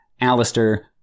Alistair